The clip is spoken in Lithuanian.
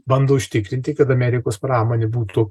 bando užtikrinti kad amerikos pramonė būtų